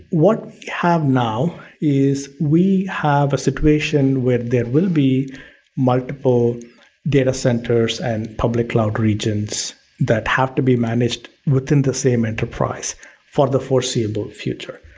what we have now is we have a situation where there will be multiple data centers and public cloud regions that have to be managed within the same enterprise for the foreseeable future.